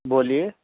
بولیے